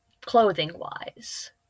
clothing-wise